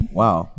wow